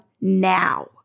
now